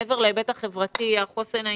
מעבר להיבט החברתי, החוסן האישי,